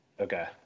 Okay